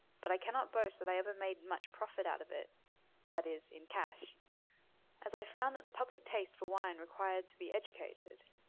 but i cannot boast that i ever made much profit out of it that is, in cash as i found that the public taste for wine required to be educated,